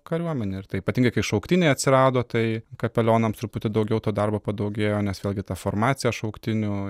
kariuomenėj ir tai ypatingai kai šauktiniai atsirado tai kapelionams truputį daugiau to darbo padaugėjo nes vėlgi ta formacija šauktinių